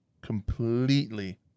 completely